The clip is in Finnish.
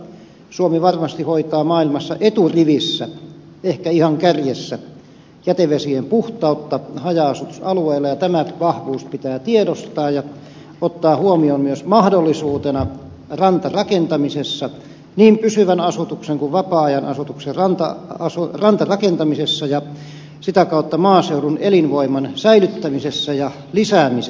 suomi varmasti hoitaa maailmassa eturivissä ehkä ihan kärjessä jätevesien puhtautta haja asutusalueilla ja tämä vahvuus pitää tiedostaa ja ottaa huomioon myös mahdollisuutena rantarakentamisessa niin pysyvän asutuksen kuin vapaa ajanasutuksen rantarakentamisessa ja sitä kautta maaseudun elinvoiman säilyttämisessä ja lisäämisessä